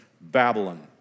Babylon